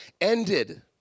ended